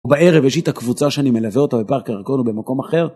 בערב יש לי את הקבוצה שאני מלווה אותה בפארק הירקון רו במקום אחר.